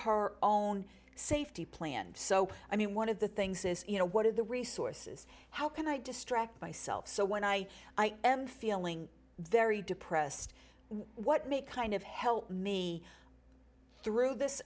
her own safety plan so i mean one of the things is you know what are the resources how can i distract myself so when i am feeling very depressed what make kind of help me through this